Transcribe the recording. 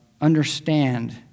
Understand